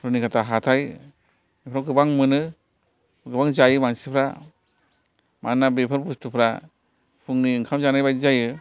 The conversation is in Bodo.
रुनिखाथा हाथाय बेफोराव गोबां मोनो गोबां जायो मानसिफोरा मानोना बेफोर बुस्थुफोरा फुंनि ओंखाम जानाय बायदि जायो